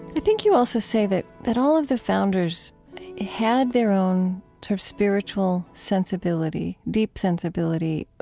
i think you also say that that all of the founders had their own sort of spiritual sensibility, deep sensibility.